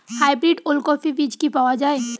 Hybrid ওলকফি বীজ কি পাওয়া য়ায়?